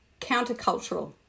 countercultural